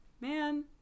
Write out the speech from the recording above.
Man